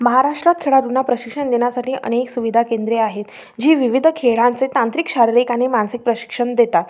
महाराष्ट्रात खेळाडूंना प्रशिक्षण देण्यासाठी अनेक सुविधा केंद्रे आहेत जी विविध खेळांचे तांत्रिक शारीरिक आणि मानसिक प्रशिक्षण देतात